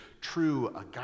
true